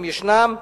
אם ישנם,